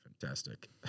fantastic